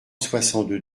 soixante